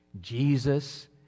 Jesus